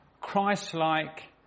Christ-like